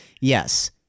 yes